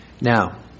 Now